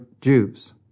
Jews